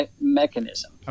mechanism